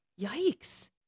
Yikes